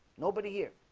nobody here,